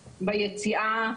ביציאה,